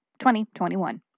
2021